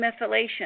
methylation